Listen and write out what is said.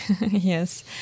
Yes